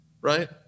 Right